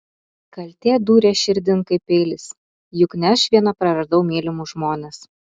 kaltė dūrė širdin kaip peilis juk ne aš viena praradau mylimus žmones